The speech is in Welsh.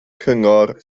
cyngor